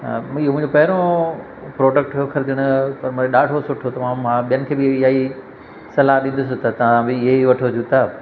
अ मु इहो मुहिंजो पहिरियों प्रोडक्ट हो खरीदण जो त भाई मां ॾाढो सुठो तमामु मां ॿियनि खे बि इहा ई सलाहु ॾींदुसि त तव्हां बि इहे ई वठो जूता